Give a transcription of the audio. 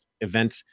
event